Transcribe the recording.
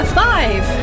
five